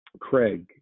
Craig